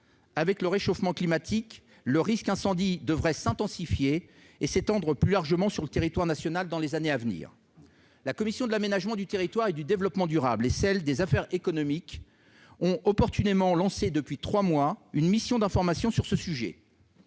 Avec le réchauffement climatique, le risque d'incendie devrait s'intensifier et s'étendre plus largement sur le territoire national au cours des années à venir. La commission de l'aménagement du territoire et du développement durable et la commission des affaires économiques ont opportunément créé, voilà trois mois, une mission d'information sur ce sujet,